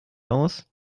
aus